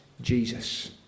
Jesus